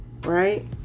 right